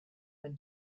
when